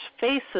faces